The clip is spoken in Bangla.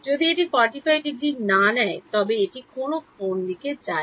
যদি এটি 45 ডিগ্রি না নেয় তবে এটিকে কোনও কোণে নিয়ে যান